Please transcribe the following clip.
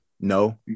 no